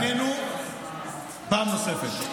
נרשמה הסכמה בינינו פעם נוספת.